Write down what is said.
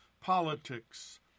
politics